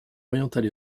orientale